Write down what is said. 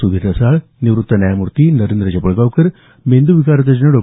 सुधीर रसाळ निवृत्त न्यायमूर्ती नरेंद्र चपळगावकर मेंद्रविकारतज्ज्ञ डॉ